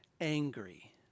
Angry